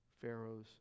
Pharaoh's